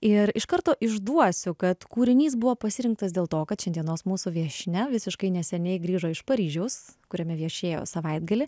ir iš karto išduosiu kad kūrinys buvo pasirinktas dėl to kad šiandienos mūsų viešnia visiškai neseniai grįžo iš paryžiaus kuriame viešėjo savaitgalį